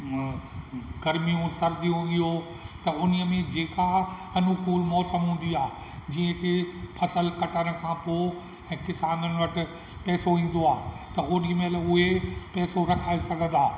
गर्मियूं सर्दियूं इहो त उन में जेका अनूकूलु मौसम हुंदी आहे जीअं की फ़सुलु कटण खां पोइ ऐं किसाननि वटि पैसो ईंदो आहे त ओॾी महिल इहे पैसो रखाए सघंदा